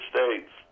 States